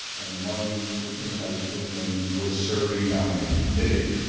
and among the things i was doing then was serving on a committee,